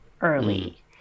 early